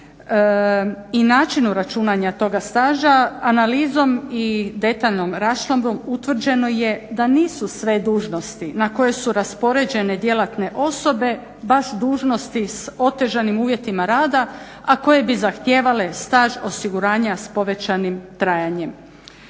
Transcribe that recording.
i načinu računanja toga staža analizom i detaljnom raščlambom utvrđeno je da nisu sve dužnosti na koje su raspoređene djelatne osobe baš dužnosti s otežanim uvjetima rada, a koje bi zahtijevale staž osiguranja s povećanim trajanjem.